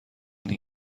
این